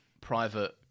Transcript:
private